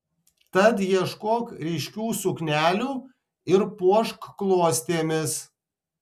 tad ieškok ryškių suknelių ir puošk klostėmis